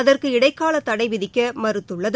அதற்கு இடைக்கால தடை விதிக்க மறுத்துள்ளது